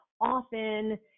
often